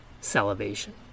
salivation